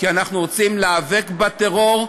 כי אנחנו רוצים להיאבק בטרור,